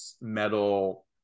metal